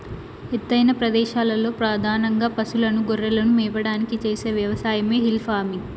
ఎత్తైన ప్రదేశాలలో పధానంగా పసులను, గొర్రెలను మేపడానికి చేసే వ్యవసాయమే హిల్ ఫార్మింగ్